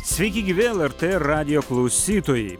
sveiki gyvi lrt radijo klausytojai